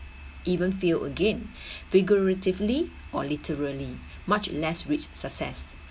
even fail again figuratively or literally much less with success